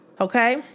okay